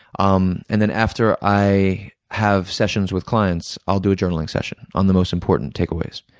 um and then, after i have sessions with clients, i'll do a journaling session on the most important takeaways.